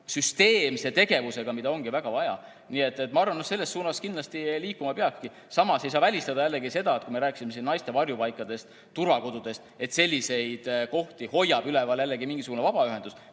süsteemse tegevusena, mida ongi väga vaja. Nii et ma arvan, et selles suunas kindlasti liikuma peabki. Samas ei saa välistada jällegi seda – me rääkisime siin naiste varjupaikadest ja turvakodudest –, et selliseid kohti hoiab üleval jällegi mingisugune vabaühendus,